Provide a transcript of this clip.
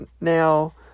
Now